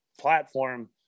platform